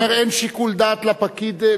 אתה אומר שאין שיקול דעת לפקיד,